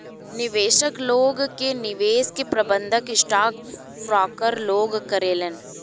निवेशक लोग के निवेश के प्रबंधन स्टॉक ब्रोकर लोग करेलेन